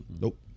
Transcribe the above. nope